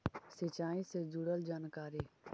सिंचाई से जुड़ल जानकारी?